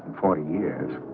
four years.